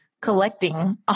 collecting